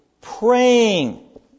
praying